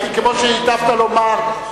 כמו שהיטבת לומר,